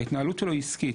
ההתנהלות שלו היא עסקית.